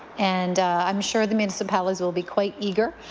and i'm sure the municipalities will be quite eager.